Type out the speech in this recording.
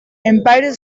empire